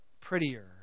prettier